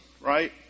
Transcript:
Right